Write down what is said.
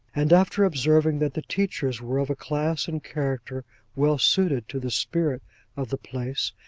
and after observing that the teachers were of a class and character well suited to the spirit of the place,